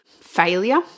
failure